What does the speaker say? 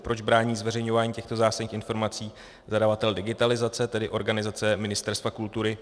Proč brání zveřejňování těchto zásadních informací zadavatel digitalizace, tedy organizace Ministerstva kultury?